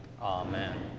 Amen